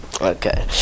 Okay